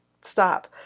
stop